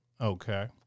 Okay